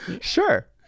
Sure